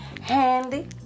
handy